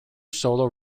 solo